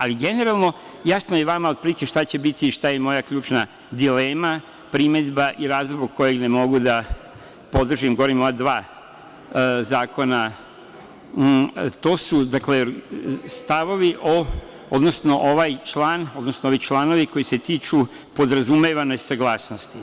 Ali, generalno, jasno je vama otprilike šta će biti i šta je moja ključna dilema, primedba i razlog zbog kojeg ne mogu da podržim, barem ova dva zakona, to su stavovi, odnosno ovaj član, ovi članovi koji se tiču podrazumevane saglasnosti.